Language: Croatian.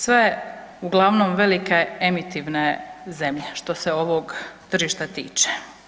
Sve uglavnom velike emitivne zemlje što se ovog tržišta tiče.